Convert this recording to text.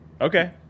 Okay